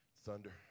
thunder